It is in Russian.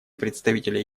представителя